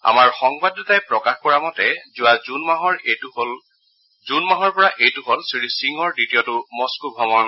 আমাৰ সংবাদদাতাই প্ৰকাশ কৰা মতে যোৱা জুন মাহৰ পৰা এইটো হল শ্ৰীসিঙৰ দ্বিতীয়টো মস্থো ভ্ৰমণ